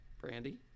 brandy